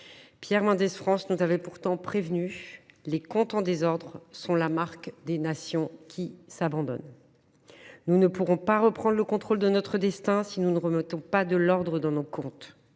Pierre Mendès France avait raison :« Les comptes en désordre sont la marque des nations qui s’abandonnent. » Nous ne pourrons pas reprendre le contrôle de notre destin si nous ne remettons pas de l’ordre dans nos comptes.